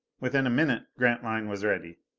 within a minute grantline was ready.